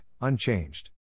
unchanged